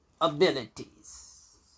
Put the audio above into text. abilities